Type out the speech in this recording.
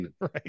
right